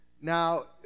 Now